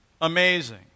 amazing